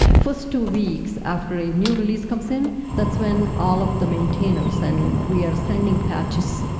first two weeks after a new release comes in, that's when all of the maintainers and we are sending patches,